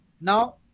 now